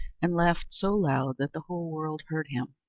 and laughed so loud that the whole world heard him.